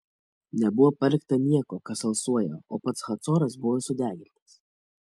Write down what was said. nebuvo palikta nieko kas alsuoja o pats hacoras buvo sudegintas